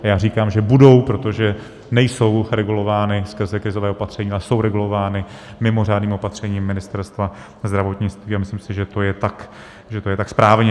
Já říkám, že budou, protože nejsou regulovány skrze krizové opatření, ale jsou regulovány mimořádným opatřením Ministerstva zdravotnictví, a myslím si, že to je tak správně.